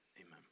amen